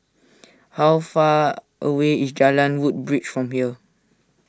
how far away is Jalan Woodbridge from here